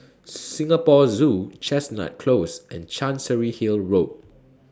Singapore Zoo Chestnut Close and Chancery Hill Road